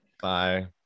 Bye